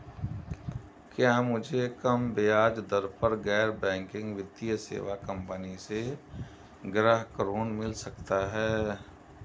क्या मुझे कम ब्याज दर पर गैर बैंकिंग वित्तीय सेवा कंपनी से गृह ऋण मिल सकता है?